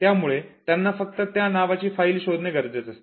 त्यामुळे त्यांना फक्त त्या नावाची फाईल शोधणे गरजेचे असते